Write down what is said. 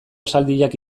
esaldiak